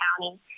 County